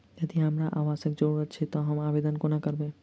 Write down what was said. यदि हमरा आवासक जरुरत छैक तऽ हम आवेदन कोना करबै?